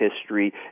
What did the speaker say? history